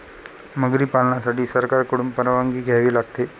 मगरी पालनासाठी सरकारकडून परवानगी घ्यावी लागते